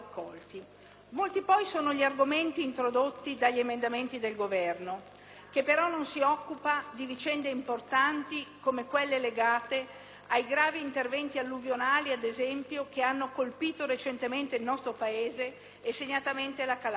Molti poi sono gli argomenti introdotti dagli emendamenti del Governo, che però non si occupa di vicende importanti come, ad esempio, quelle legate ai gravi eventi alluvionali che hanno colpito recentemente il nostro Paese, e segnatamente la Calabria.